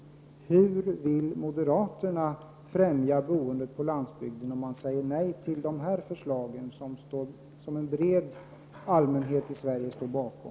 Hur vill moderaterna främja boendet på landsbygden, eftersom de säger nej till dessa förslag som en bred allmänhet i Sverige står bakom?